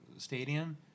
Stadium